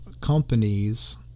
companies